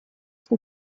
что